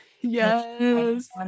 Yes